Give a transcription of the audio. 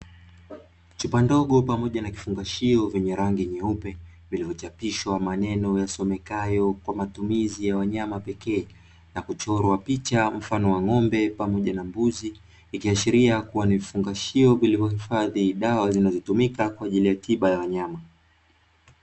Chupa ndogo pamoja na kifungashio vyenye rangi nyeupe vinapachapishwa maneno yasomekayo,"Kwa matumizi ya wanyama pekee" na kuchorwa picha mfano wa ng'ombe pamoja na mbuzi, ikiashiria kuwa ni vifungashio vilivyo hifadhi dawa zinazotumika kwa ajili ya tiba ya wanyama.